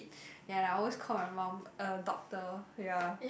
and I always call my mum uh doctor ya